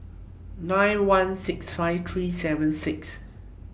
nine one six five three seven six